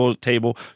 table